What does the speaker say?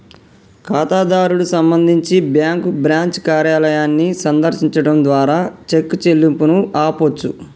ఖాతాదారుడు సంబంధించి bank branch కార్యాలయాన్ని సందర్శించడం ద్వారా చెక్ చెల్లింపును ఆపొచ్చు